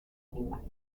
animales